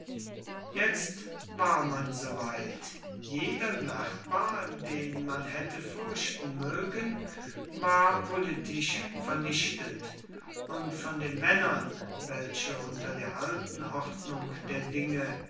jetzt war man so weit jeder nachbar den man hätte fürchten mögen war politisch vernichtet und von den männern welche unter der alten ordnung der dinge